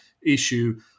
issue